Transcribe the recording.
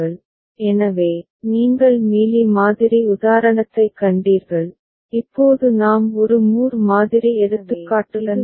P எனவே நீங்கள் Mealy மாதிரி உதாரணத்தைக் கண்டீர்கள் இப்போது நாம் ஒரு மூர் மாதிரி எடுத்துக்காட்டுடன் முடிவடையும் சரி